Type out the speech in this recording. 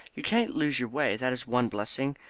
you can't lose your way, that is one blessing.